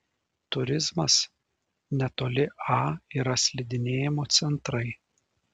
turizmas netoli a yra slidinėjimo centrai